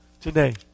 today